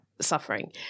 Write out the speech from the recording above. suffering